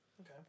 Okay